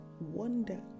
wonder